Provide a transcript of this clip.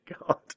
god